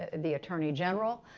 and the attorney general,